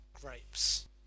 Grapes